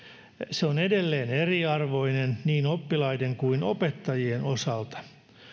se on edelleen eriarvoinen niin oppilaiden kuin opettajien osalta